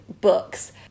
books